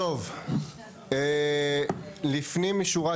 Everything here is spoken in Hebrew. לפנים משורת